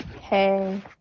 Hey